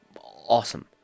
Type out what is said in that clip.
Awesome